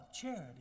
Charity